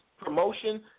promotion